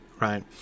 right